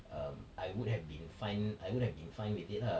um I would have been fine I would have been fine with it lah